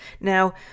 Now